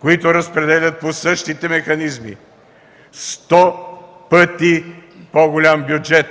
които разпределят по същите механизми сто пъти по-голям бюджет